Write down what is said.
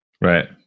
Right